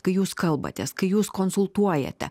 kai jūs kalbatės kai jūs konsultuojate